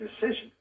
decision